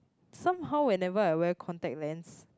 somehow whenever I wear contact lens